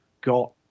got